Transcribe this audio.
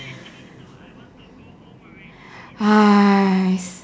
!hais!